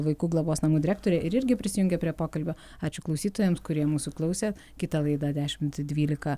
vaikų globos namų direktorė ir irgi prisijungė prie pokalbio ačiū klausytojams kurie mūsų klausė kita laida dešimt dvylika